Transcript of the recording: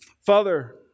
Father